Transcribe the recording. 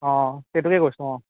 অঁ সেইটোকে কৈছোঁ অঁ